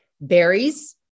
berries